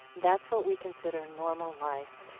that's what we consider normal life.